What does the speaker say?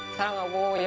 hello!